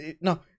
no